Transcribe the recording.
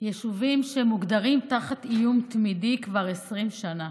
יישובים שמוגדרים תחת איום תמידי כבר 20 שנה.